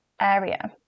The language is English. area